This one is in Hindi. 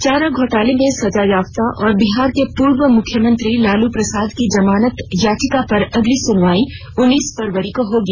चारा घोटाले में सजायाफ्ता और बिहार के पूर्व मुख्यमंत्री लालू प्रसाद की जमानत याचिका पर अगली सुनवाई उन्नीस फरवरी को होगी